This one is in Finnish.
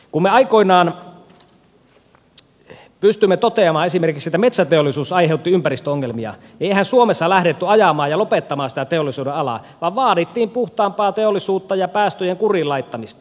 kun me aikoinaan pystyimme toteamaan esimerkiksi että metsäteollisuus aiheutti ympäristöongelmia niin eihän suomessa lähdetty ajamaan ja lopettamaan sitä teollisuudenalaa vaan vaadittiin puhtaampaa teollisuutta ja päästöjen kuriin laittamista